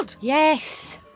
Yes